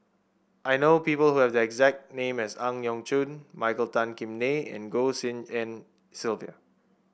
I know people who have the exact name as Ang Yau Choon Michael Tan Kim Nei and Goh Tshin En Sylvia